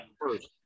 first